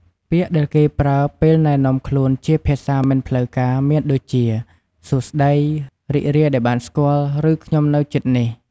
ពាក្យដែលគេប្រើពេលណែនាំខ្លួនជាភាសាមិនផ្លូវការមានដូចជា សួស្ដី រីករាយដែលបានស្គាល់ ឬ ខ្ញុំនៅជិតនេះ។